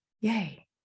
yay